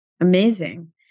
Amazing